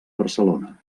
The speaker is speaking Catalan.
barcelona